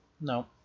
No